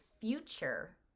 future